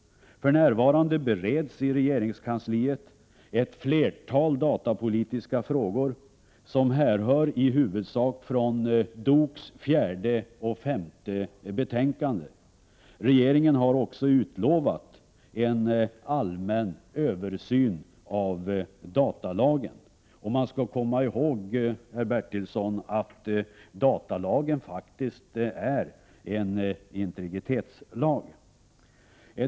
För närvarande bereds i regeringskansliet ett flertal datapolitiska frågor som i huvudsak härrör från DOK:s fjärde och femte betänkande. Regeringen har också utlovat en allmän översyn av datalagen. Man skall komma ihåg, herr Bertilsson, att datalagen faktiskt är en integritetslag.